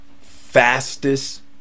fastest